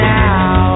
now